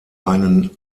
einen